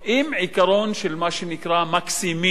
עם העיקרון שנקרא "מקסימין",